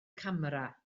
camera